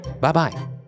Bye-bye